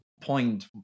point